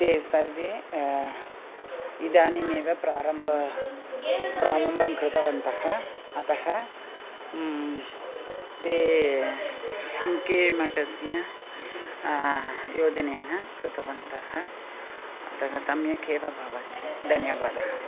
ते सर्वे इदानीमेव प्रारम्भः प्रारम्भं कृतवन्तः अतः ते शृङ्गेरी मठस्य योजनेन कृतवन्तः अतः सम्यक् एव भवति धन्यवादः